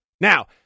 Now